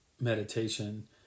meditation